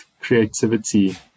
creativity